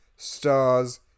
stars